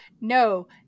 No